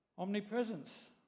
omnipresence